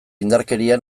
indarkeria